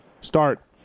start